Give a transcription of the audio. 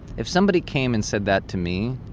if somebody came and said that to me,